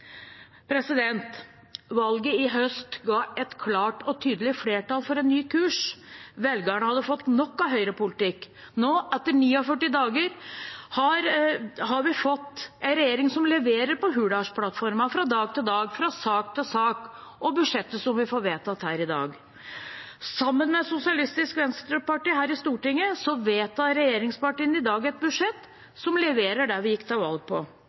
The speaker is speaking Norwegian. Valget i høst ga et klart og tydelig flertall for en ny kurs; velgerne hadde fått nok av høyrepolitikk. Nå etter 49 dager har vi fått en regjering som leverer på Hurdalsplattformen fra dag til dag, fra sak til sak og i budsjettet som vi får vedtatt her i dag. Sammen med SV her i Stortinget vedtar regjeringspartiene i dag et budsjett som leverer det vi gikk til valg på: